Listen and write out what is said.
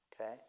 okay